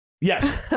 Yes